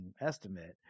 estimate